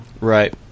Right